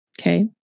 Okay